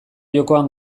jokoan